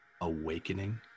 Awakening